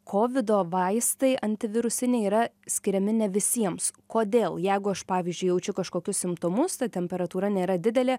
kovido vaistai antivirusiniai yra skiriami ne visiems kodėl jeigu aš pavyzdžiui jaučiu kažkokius simptomus ta temperatūra nėra didelė